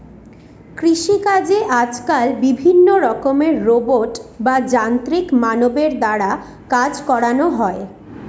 কৃষিকাজে আজকাল বিভিন্ন রকমের রোবট বা যান্ত্রিক মানবের দ্বারা কাজ করানো হয়